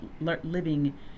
living